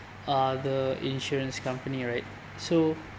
other insurance company right so